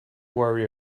worry